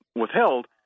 withheld